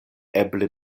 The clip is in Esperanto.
eble